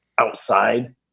outside